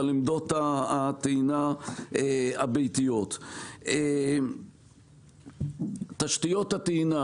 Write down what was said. על עמדות הטעינה הביתיות; לגבי תשתיות הטעינה,